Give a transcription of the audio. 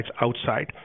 outside